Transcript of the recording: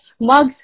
mugs